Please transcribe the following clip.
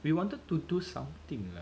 we wanted to do something lah